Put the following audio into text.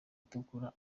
itukura